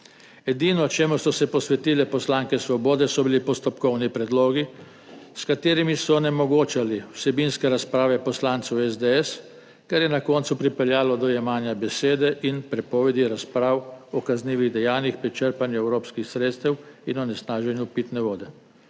Edino, čemur so se posvetile poslanke Svobode, so bili postopkovni predlogi, s katerimi so onemogočale vsebinske razprave poslancev SDS, kar je na koncu pripeljalo do jemanja besede in prepovedi razprav o kaznivih dejanjih pri črpanju evropskih sredstev in onesnaženju pitne vode.